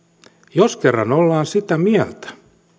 jos kerran ollaan sitä mieltä